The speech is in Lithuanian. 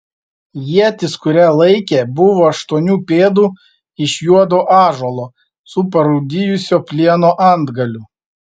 ietis kurią laikė buvo aštuonių pėdų iš juodo ąžuolo su parūdijusio plieno antgaliu